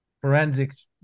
forensics